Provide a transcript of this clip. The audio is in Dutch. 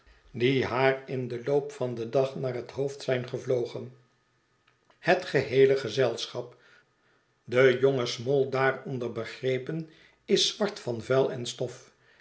die haar in den loop van het verlaten huis den dag naar het hoofd zijn gevlogen hét geheele gezelschap de jonge small daaronder begrepen is zwart van vuil en stof